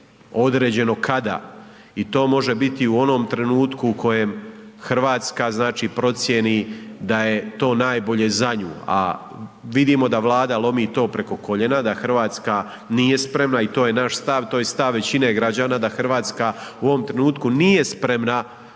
određeno kada i to može biti u onom trenutku kada Hrvatska znači procjeni da je to najbolje za nju. A vidimo da Vlada lomi to preko koljena, da Hrvatska nije spremna i to je naš stav, to je stav i većine građana da Hrvatska u ovom trenutku nije spremna